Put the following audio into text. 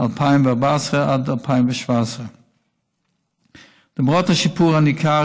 2014 עד שנת 2017. למרות השיפור הניכר,